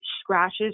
scratches